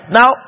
Now